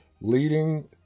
leading